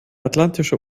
atlantische